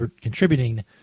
contributing